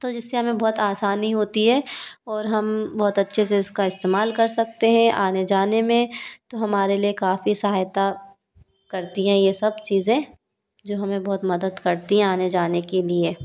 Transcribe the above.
तो जिससे हमें बहुत आसानी होती है और हम बहुत अच्छे से इसका इस्तेमाल कर सकते हैं आने जाने में तो हमारे लिए काफ़ी सहायता करती हैं ये सब चीज़ें जो हमें बहुत मदद करती हैं आने जाने के लिए